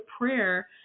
prayer